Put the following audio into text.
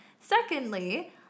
Secondly